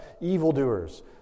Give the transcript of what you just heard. evildoers